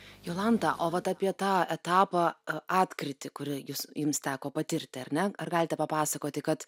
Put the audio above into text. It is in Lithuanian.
jolanta o vat apie tą etapą atkrytį kurį jus jums teko patirti ar ne ar galite papasakoti kad